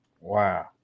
Wow